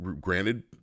granted